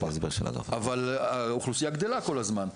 אבל האוכלוסייה גדלה כל הזמן.